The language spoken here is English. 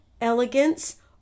elegance